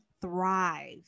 thrive